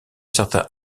certains